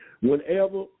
Whenever